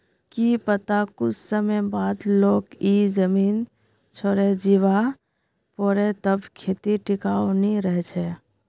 की पता कुछ समय बाद तोक ई जमीन छोडे जीवा पोरे तब खेती टिकाऊ नी रह छे